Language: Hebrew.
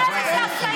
חברי הכנסת.